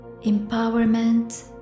empowerment